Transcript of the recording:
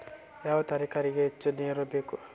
ಯಾವ ತರಕಾರಿಗೆ ಹೆಚ್ಚು ನೇರು ಬೇಕು?